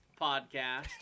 podcast